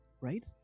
right